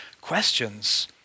questions